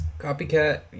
Copycat